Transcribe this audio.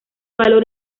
valor